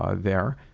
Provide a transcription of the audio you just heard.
um there.